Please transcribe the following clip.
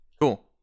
Cool